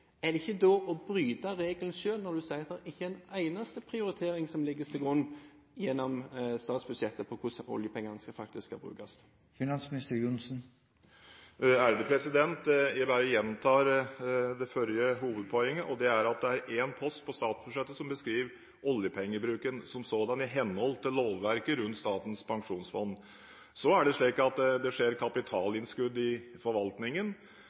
Er det ikke da å bryte regelen selv når du sier at det ikke er en eneste prioritering som legges til grunn gjennom statsbudsjettet for hvordan oljepengene faktisk skal brukes? Jeg bare gjentar det forrige hovedpoenget, og det er at det er én post på statsbudsjettet som beskriver oljepengebruken som sådan, i henhold til lovverket rundt Statens pensjonsfond. Det skjer kapitalinnskudd i forvaltningen, i statsbedrifter og i